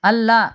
ಅಲ್ಲ